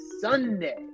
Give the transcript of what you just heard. Sunday